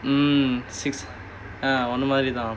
mm six ah உன்ன மாறி தான்:unna maari thaan